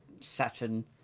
Saturn